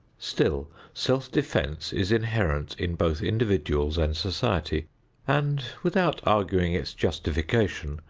still self-defense is inherent in both individuals and society and, without arguing its justification,